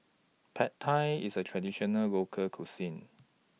Pad Thai IS A Traditional Local Cuisine